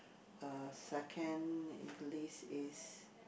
uh second list is